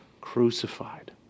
crucified